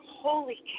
holy